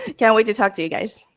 can't wait to talk to you guys.